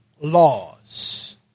laws